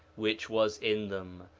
which was in them,